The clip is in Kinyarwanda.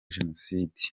jenoside